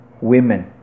women